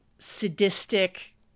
Sadistic